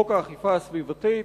חוק האכיפה הסביבתית.